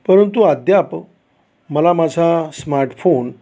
परंतु अद्याप मला माझा स्मार्टफोन